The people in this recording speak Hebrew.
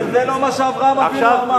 אבל זה לא מה שאברהם אבינו אמר.